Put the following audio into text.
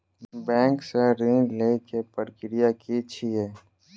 Bank सऽ ऋण लेय केँ प्रक्रिया की छीयै?